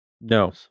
No